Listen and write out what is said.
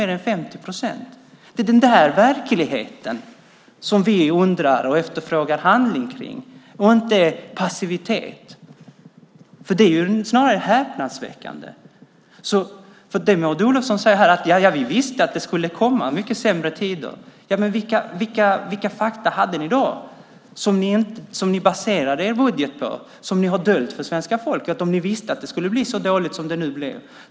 Det är för den verkligheten vi efterfrågar handling i stället för passivitet. Det som Maud Olofsson säger är närmast häpnadsväckande, alltså att de visste att det skulle komma sämre tider. Vilka fakta baserade ni då er budget på? Vilka fakta har ni dolt för svenska folket om ni visste att det skulle bli så dåligt som det nu blivit?